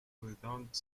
without